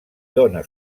dóna